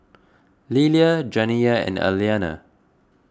Lillia Janiya and Aliana